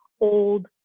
old